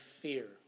fear